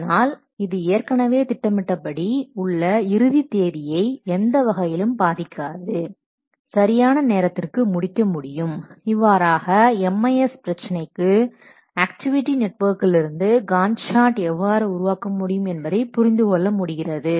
அதனால் அது ஏற்கனவே திட்டமிட்டபடி உள்ள இறுதித் தேதியை எந்த வகையிலும் பாதிக்காது சரியான நேரத்திற்கு முடிக்க முடியும் இவ்வாறாக MIS பிரச்சனைக்கு ஆக்டிவிட்டி நெட்வொர்க்கிலிருந்து காண்ட் சார்ட் எவ்வாறு உருவாக்க முடியும் என்பதை புரிந்து கொள்ள முடிகிறது